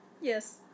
Yes